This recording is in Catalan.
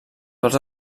tots